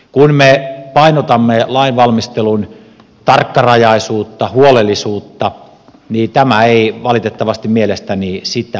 kun me painotamme lainvalmistelun tarkkarajaisuutta huolellisuutta niin tämä ei valitettavasti mielestäni sitä ole